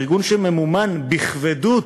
ארגון שממומן בכבדות,